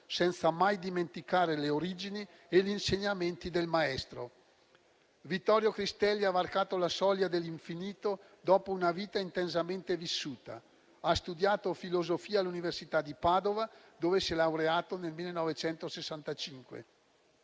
senza mai dimenticare le origini e gli insegnamenti del maestro. Vittorio Cristelli ha varcato la soglia dell'infinito dopo una vita intensamente vissuta. Ha studiato filosofia all'Università di Padova, dove si è laureato nel 1965.